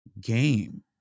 game